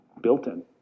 Built-in